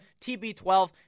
TB12